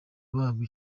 bahabwa